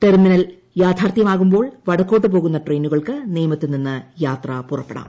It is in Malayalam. ടെർമിന്ൽ യാഥാർത്ഥ്യമാകുമ്പോൾ വടക്കോട്ട് പോകുന്ന ട്രയിനുകൾക്ക് നേമത്ത് നിന്ന് യാത്ര പുറപ്പൈടാം